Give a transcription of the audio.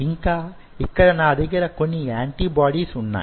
ఇంకా ఇక్కడ నా దగ్గర కొన్ని యంటీబాడీస్ వున్నాయి